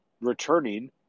returning